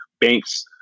banks